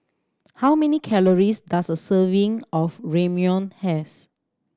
how many calories does a serving of Ramyeon have